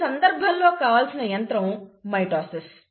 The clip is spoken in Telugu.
ఈ సందర్భంలో కావలసిన యంత్రం మైటోసిస్